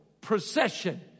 procession